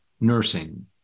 nursing